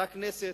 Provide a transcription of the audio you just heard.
באותה כנסת.